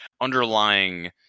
underlying